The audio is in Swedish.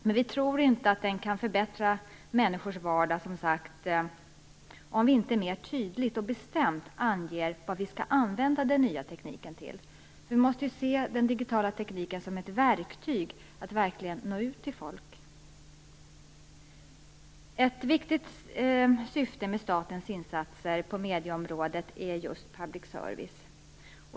Men vi tror inte att den kan förbättra människors vardag om vi inte mer tydligt och bestämt anger vad den nya tekniken skall användas till. Vi måste se den digitala tekniken som ett verktyg att nå ut till folk. Ett viktigt syfte med statens insatser på medieområdet är just public service.